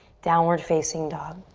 downward facing dog.